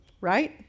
right